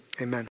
Amen